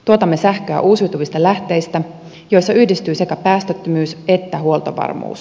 tuotamme sähköä uusiutuvista lähteistä joissa yhdistyy sekä päästöttömyys että huoltovarmuus